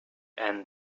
and